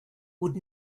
would